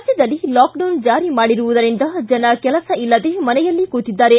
ರಾಜ್ಞದಲ್ಲಿ ಲಾಕ್ಡೌನ್ ಜಾರಿ ಮಾಡಿರುವುದರಿಂದ ಜನ ಕೆಲಸ ಇಲ್ಲದೆ ಮನೆಯಲ್ಲಿ ಕೂತಿದ್ದಾರೆ